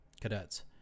cadets